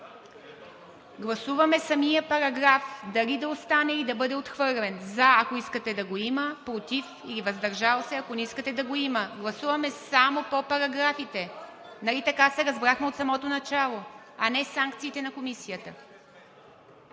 Гласуваме самия параграф – дали да остане, или да бъде отхвърлен. За, ако искате да го има, против или въздържал се, ако не искате да го има. Гласуваме само по параграфите! Нали така се разбрахме от самото начало, а не санкциите на Комисията?